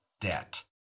debt